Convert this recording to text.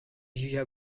jugea